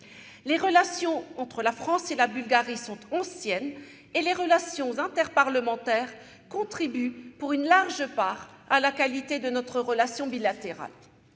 Les relations entre la France et la Bulgarie sont anciennes, et les relations interparlementaires contribuent pour une large part à la qualité de notre relation bilatérale.